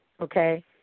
okay